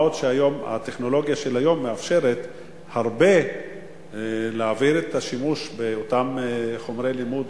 מה עוד שהטכנולוגיה של היום מאפשרת להעביר את השימוש בחומרי הלימוד,